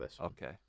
Okay